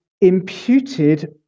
imputed